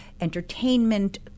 entertainment